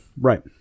Right